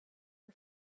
her